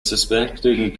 suspecting